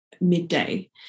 midday